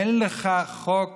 אין לך חוק